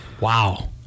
Wow